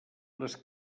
les